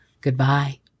goodbye